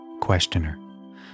questioner